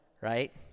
Right